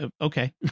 Okay